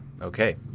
Okay